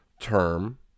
term